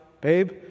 babe